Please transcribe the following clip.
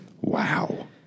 Wow